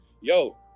yo